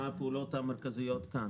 לפעולות המרכזיות כאן.